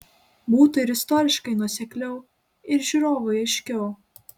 būtų ir istoriškai nuosekliau ir žiūrovui aiškiau